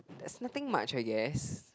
there's nothing much I guess